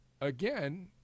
again